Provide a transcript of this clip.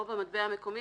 או במטבע המקומי,